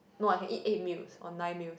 no I can eat eight meals or nine meals